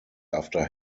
after